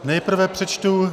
Nejprve přečtu...